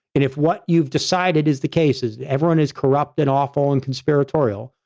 and if what you've decided is the case is everyone is corrupt and awful and conspiratorial,